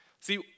See